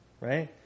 Right